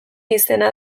izena